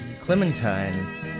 Clementine